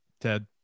Ted